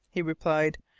he replied.